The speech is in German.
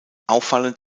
auffallend